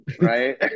right